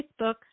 Facebook